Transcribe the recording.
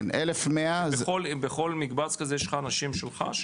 כן, 1,100 --- בכל מקבץ כזה יש לך אנשים שלך?